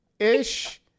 ish